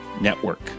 network